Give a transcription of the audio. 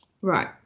Right